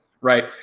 right